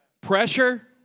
Pressure